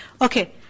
Okay